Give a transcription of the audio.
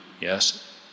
yes